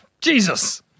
Jesus